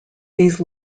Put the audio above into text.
these